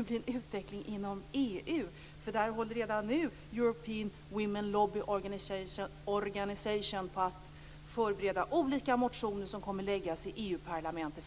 att bli en utveckling inom EU. Redan nu håller European Women Lobby Organisation på att förbereda olika motioner som kommer att väckas i EU-parlamentet.